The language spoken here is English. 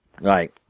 Right